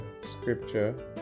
scripture